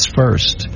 first